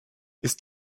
ist